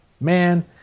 Man